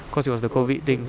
cause it was the COVID thing